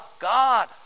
God